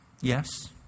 Yes